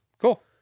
Cool